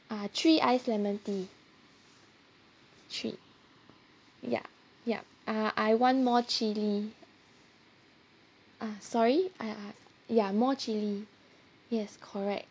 uh three ice lemon tea three ya yup ah I want more chilli ah sorry I I ya more chilli yes correct